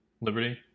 Liberty